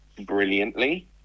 brilliantly